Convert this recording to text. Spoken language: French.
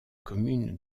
communes